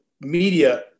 media